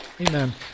Amen